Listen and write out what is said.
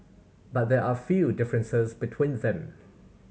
but there are a few differences between them